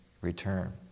return